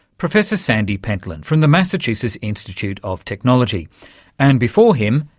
professor sandy pentland from the massachusetts institute of technology and before him,